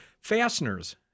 Fasteners